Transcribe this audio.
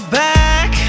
back